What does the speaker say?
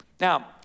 Now